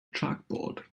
chalkboard